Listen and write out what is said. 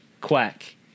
quack